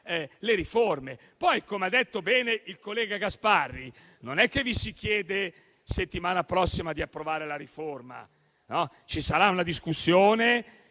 le riforme. Poi - come ha detto bene il collega Gasparri - non vi si chiede la settimana prossima di approvare la riforma. Ci sarà una discussione,